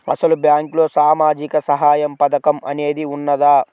అసలు బ్యాంక్లో సామాజిక సహాయం పథకం అనేది వున్నదా?